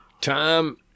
Time